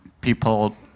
people